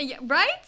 Right